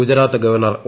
Gujarat governor O